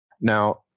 Now